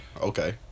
Okay